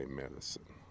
medicine